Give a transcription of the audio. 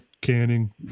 canning